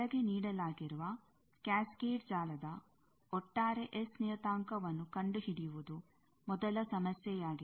ಕೆಳಗೆ ನೀಡಲಾಗಿರುವ ಕ್ಯಾಸ್ಕೇಡ್ ಜಾಲದ ಒಟ್ಟಾರೆ ಎಸ್ ನಿಯತಾಂಕವನ್ನು ಕಂಡು ಹಿಡಿಯುವುದು ಮೊದಲ ಸಮಸ್ಯೆಯಾಗಿದೆ